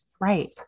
Right